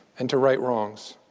and to right wrongs.